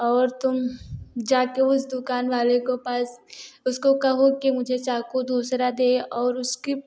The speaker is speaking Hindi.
और तुम जा कर उस दुकान वाले को पास उसको कहो कि मुझे चाकू दूसरा दे और उसकी